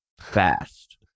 fast